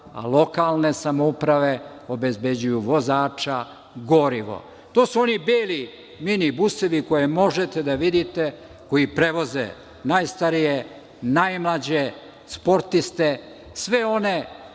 a lokalne samouprave obezbeđuju vozača, gorivo. To su oni beli mini busevi koje možete da vidite, koji prevoze najstarije, najmlađe, sportiste, sve one